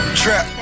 trap